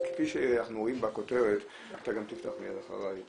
כפי שאנחנו רואים בכותרת, אתה גם תפתח מיד אחריי,